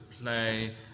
play